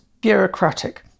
bureaucratic